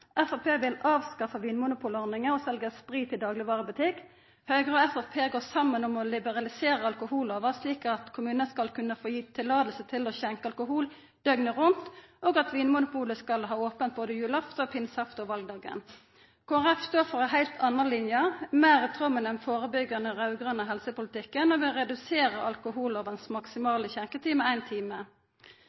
Framstegspartiet vil avskaffa vinmonopolordninga og selja sprit i daglegvarebutikk. Høgre og Framstegspartiet går saman om å liberalisera alkohollova, slik at kommunar skal kunna få gitt løyve til å skjenka alkohol døgnet rundt, og at Vinmonopolet skal ha ope både julaftan, pinseaftan og valdagen. Kristeleg Folkeparti står for ei heilt anna linje, meir i tråd med den førebyggjande raud-grøne helsepolitikken, og vil redusera alkohollovas maksimale skjenketid med ein time.